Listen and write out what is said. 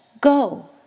Go